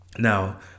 Now